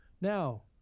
Now